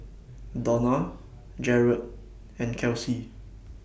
Dona Jaret and Kelsi